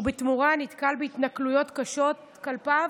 ובתמורה נתקל בהתנכלויות קשות כלפיו,